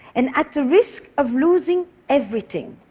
and at the risk of losing everything.